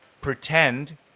pretend